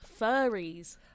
Furries